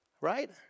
Right